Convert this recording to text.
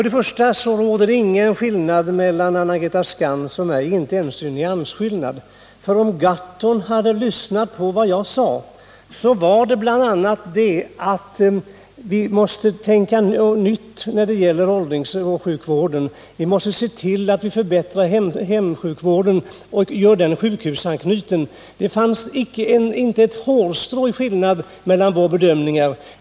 Det råder ingen skillnad mellan Anna-Greta Skantz och mig, inte ens en nyansskillnad. Om Per Gahrton hade lyssnat, så hade han hört att jag bl.a. sade att vi måste tänka nytt när det gäller åldringsoch sjukvården, att vi måste se till att förbättra hemsjukvården och göra den sjukhusanknuten. Det finns inte ett hårstrå i skillnad mellan våra bedömningar.